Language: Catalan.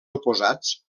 oposats